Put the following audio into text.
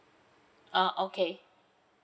uh okay